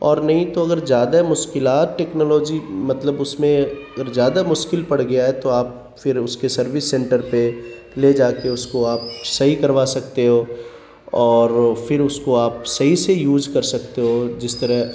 اور نہیں تو اگر زیادہ مشکلات ٹیکنالوجی مطلب اس میں اگر زیادہ مشکل پڑ گیا ہے تو آپ پھٹ اس کے سروس سینٹر پہ لے جا کے اس کو آپ صحیح کروا سکتے ہو اور پھر اس کو آپ صحیح سے یوز کر سکتے ہو جس طرح